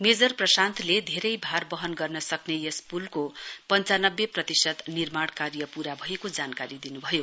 major प्रशान्तले धेरै भार वहन गर्न सक्ने यस पुलको पञ्चानब्बे प्रतिशत निर्माण कार्य पूरा भएको जानकारी दिनुभयो